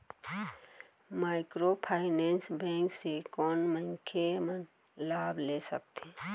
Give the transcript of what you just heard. Microfinance bank से कोन मनखे मन लाभ ले सकथे?